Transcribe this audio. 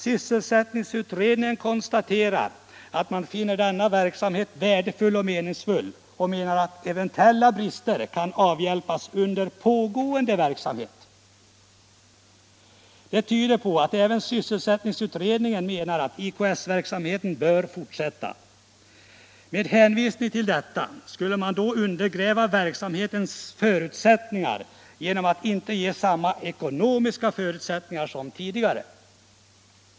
Sysselsättningsutredningen har konstaterat att man finner denna verksamhet värdefull och meningsfull, och utredningen menar att eventuella brister kan avhjälpas under pågående verksamhet. Detta tyder på att även sysselsättningsutredningen menar att IKS-verksamheten bör fortsätta. Skall man då undergräva verksamhetens förutsättningar genom att inte ge samma ekonomiska förutsättningar som tidigare?